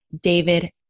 David